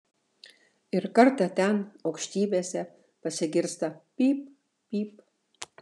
ir kartą ten aukštybėse pasigirsta pyp pyp